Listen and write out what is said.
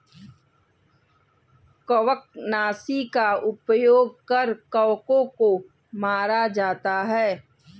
कवकनाशी का उपयोग कर कवकों को मारा जाता है